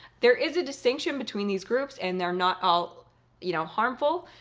there is a distinction between these groups and they're not all you know harmful,